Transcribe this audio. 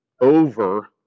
over